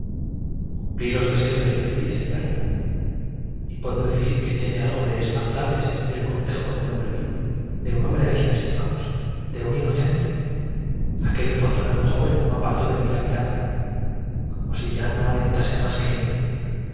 cumplí los deseos del infeliz señora y puedo decir que tiene algo la atención si en una reunión se encuentran dos individuos uno de de espantable seguir el cortejo de un hombre vivo de un hombre a los cuales tiene el derecho de meno spreciar o de odiar al otro sea por quien estimamos de un inocente aquel infortunado joven no apartó el conocimiento de un acto íntimo y latente de que está inficcionado de mí la mirada como si ya no alentase más que en mí